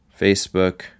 Facebook